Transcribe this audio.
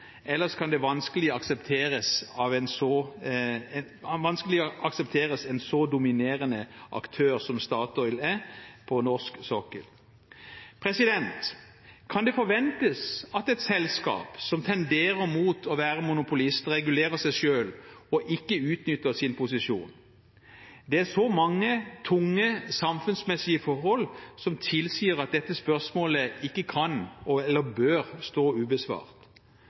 ellers kan man vanskelig akseptere en så dominerende aktør som Statoil på norsk sokkel. Kan det forventes at et selskap som tenderer mot å være monopolist, regulerer seg selv og ikke utnytter sin posisjon? Det er mange tunge samfunnsmessige forhold som tilsier at dette spørsmålet ikke kan eller bør stå ubesvart.